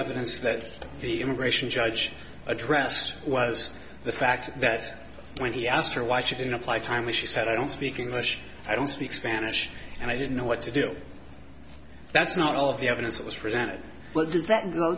evidence that the immigration judge addressed was the fact that when he asked her why she didn't apply timely she said i don't speak english i don't speak spanish and i didn't know what to do that's not all of the evidence it was resented but does that g